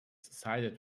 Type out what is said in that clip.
sided